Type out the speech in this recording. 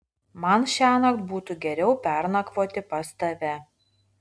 man šiąnakt būtų geriau pernakvoti pas tave